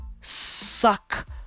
suck